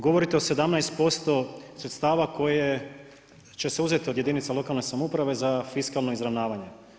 Govorite o 17% sredstava koje će se uzeti od jedinica lokalne samouprave za fiskalno izravnavanje.